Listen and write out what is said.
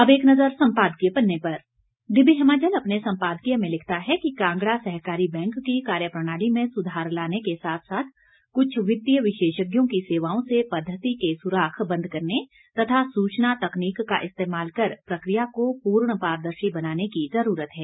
अब एक नज़र सम्पादकीय पन्ने पर दिव्य हिमाचल अपने सम्पादकीय में लिखता है कि कांगड़ा सहकारी बैंक की कार्यप्रणाली में सुधार लाने के साथ साथ कुछ वित्तीय विशेषज्ञों की सेवाओं से पद्धति के सुराख बंद करने तथा सूचना तकनीक का इस्तेमाल कर प्रक्रिया को पूर्ण पारदर्शी बनाने की जरूरत है